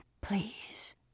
please